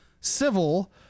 civil